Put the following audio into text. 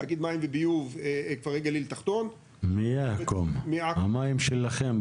תאגיד מים וביוב גליל תחתון --- מיאִהַקום "מיאה קום" המים שלכם,